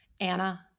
anna